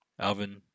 Alvin